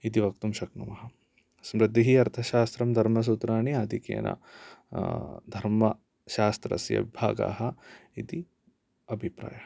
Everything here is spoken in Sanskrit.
इति वक्तुं शक्नुमः स्मृतिः अर्थशास्त्रम् धर्मसूत्राणि आधिक्येन धर्मशास्त्रस्य भागाः इति अभिप्रायः